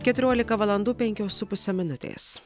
keturiolika valandų penkios su puse minutės